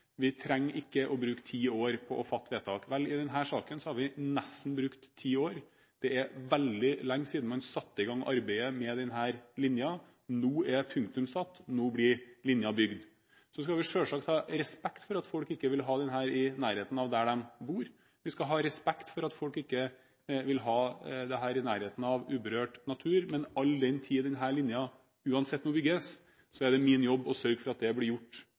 Vi trenger ikke å bruke ti år på å fatte vedtak. I denne saken har vi brukt nesten ti år. Det er veldig lenge siden man satte i gang arbeidet med denne linjen. Nå er punktum satt, nå blir linjen bygd. Vi skal selvsagt ha respekt for at folk ikke vil ha denne linjen i nærheten av der de bor, og vi skal ha respekt for at folk ikke vil ha dette i nærheten av uberørt natur. Men all den tid denne linjen uansett må bygges, er det min jobb å sørge for at det blir gjort